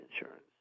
insurance